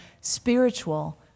spiritual